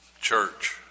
church